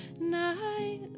Night